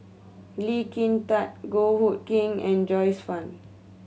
Lee Kin Tat Goh Hood Keng and Joyce Fan